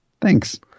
thanks